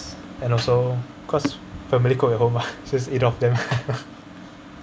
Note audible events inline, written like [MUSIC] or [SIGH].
and also cause family cook at home ah [LAUGHS] just eat of them